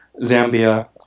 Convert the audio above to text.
Zambia